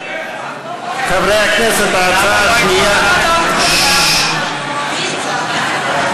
פה-אחד מביעה אי-אמון בממשלה.